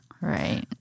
Right